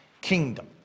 kingdom